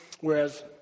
Whereas